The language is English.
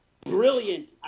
brilliant